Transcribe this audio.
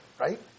right